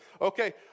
Okay